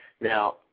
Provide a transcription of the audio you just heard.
Now